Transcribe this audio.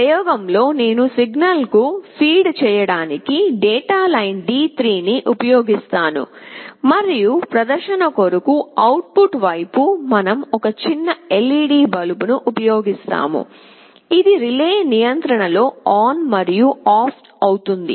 ఈ ప్రయోగంలో నేను సిగ్నల్కు ఫీడ్ చేయడానికి డేటా లైన్ D3 ని ఉపయోగిస్తాను మరియు ప్రదర్శన కొరకు అవుట్పుట్ వైపు మనం ఒక చిన్న LED బల్బును ఉపయోగిస్తాము ఇది రిలే నియంత్రణలో ఆన్ మరియు ఆఫ్ అవుతుంది